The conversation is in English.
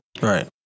Right